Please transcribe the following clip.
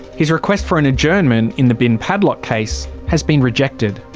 his request for an adjournment in the bin padlock case has been rejected.